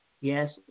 Yes